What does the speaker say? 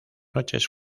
noches